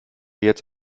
jetzt